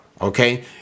Okay